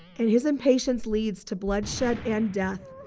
and his impatience leads to bloodshed and death,